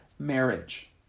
marriage